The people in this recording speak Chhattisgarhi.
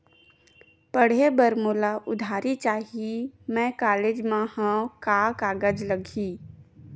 पढ़े बर मोला उधारी चाही मैं कॉलेज मा हव, का कागज लगही?